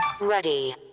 Ready